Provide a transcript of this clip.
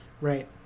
Right